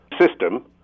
system